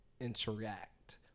interact